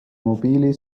mobiili